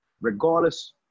Regardless